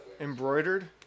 embroidered